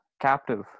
captive